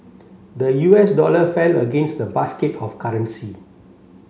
the U S dollar fell against the basket of currency